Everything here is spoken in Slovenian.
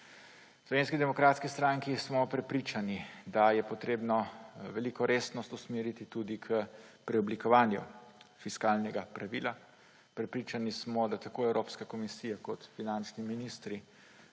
Slovenski demokratski stranki smo prepričani, da je treba veliko resnost usmeriti tudi k preoblikovanju fiskalnega pravila. Prepričani smo, da tako Evropska komisija kot finančni ministri